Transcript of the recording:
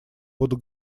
буду